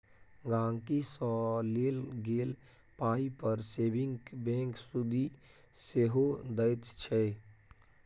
गांहिकी सँ लेल गेल पाइ पर सेबिंग बैंक सुदि सेहो दैत छै